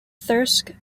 thirsk